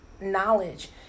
knowledge